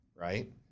right